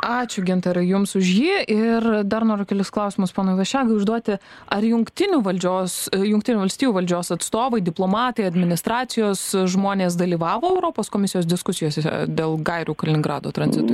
ačiū gintarai jums už jį ir dar noriu kelis klausimus ponui vašiagai užduoti ar jungtinių valdžios jungtinių valstijų valdžios atstovai diplomatai administracijos žmonės dalyvavo europos komisijos diskusijose dėl gairių kaliningrado tranzitui